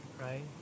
right